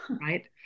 right